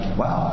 wow